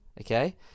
okay